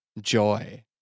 joy